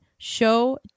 show